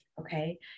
Okay